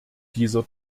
dieser